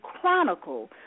chronicle